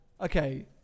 okay